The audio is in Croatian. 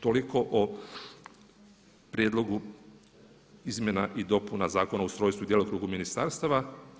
Toliko o prijedlogu Izmjena i dopuna Zakona o ustrojstvu i djelokrugu ministarstava.